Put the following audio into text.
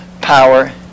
power